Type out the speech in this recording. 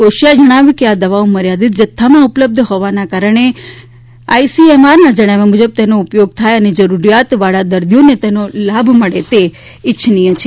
કોશિયા એ જણાવ્યું છે કે આ દવાઓ મર્યાદિત જથ્થામાં ઉપલબ્ધ હોવાના કારણે આઈસીએમઆરના જણાવ્યા મુજબ તેનો ઉપયોગ થાય અને જરૂરીયાત વાળા દર્દીઓને તેનો લાભ મળે તે ઇચ્છનીય છે